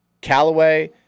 Callaway